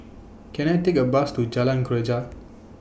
Can I Take A Bus to Jalan Greja